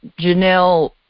Janelle